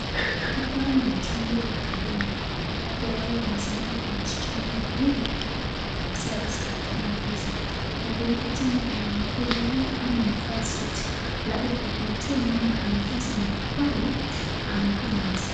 Hapa ni jumba ya huduma ambapo wale wamesimama ni wasichana wawili ambao wamevaa sare za kufanya kazi, kando yake tena kuna mkubwa wao ama amevaa suti, halafu kwa container ama mfanyikazi amekaa pale amekuwa na wazee.